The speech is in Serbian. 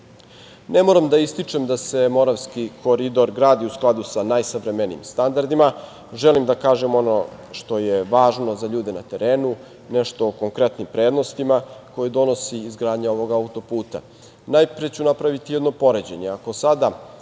moram da ističem da se Moravski koridor gradi u skladu sa najsavremenijim standardima. Želim da kažem ono što je važno za ljude na terenu, nešto o konkretnim prednostima koje donosi izgradnja ovog autoputa. Najpre ću napraviti jedno poređenje. Ako